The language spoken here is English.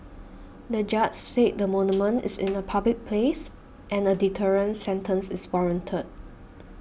the judge said the monument is in a public place and a deterrent sentence is warranted